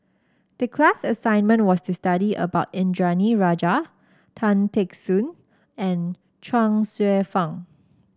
the class assignment was to study about Indranee Rajah Tan Teck Soon and Chuang Hsueh Fang